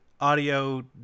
audio